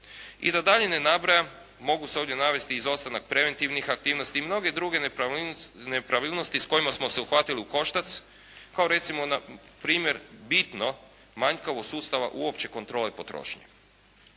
I da dalje ne nabrajam, mogu se ovdje navesti izostanak preventivnih aktivnosti i mnoge druge nepravilnosti s kojima smo se uhvatili u koštac kao recimo na primjer, bitno manjkavost sustava uopće kontrole potrošnje.